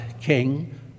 king